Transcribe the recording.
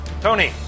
Tony